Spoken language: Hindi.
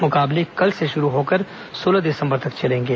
मुकाबले कल से शुरू होकर सोलह दिसंबर तक चलेंगे